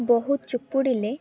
ବହୁତ ଚିପୁଡ଼ିଲେ